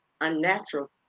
unnatural